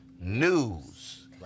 news